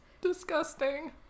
disgusting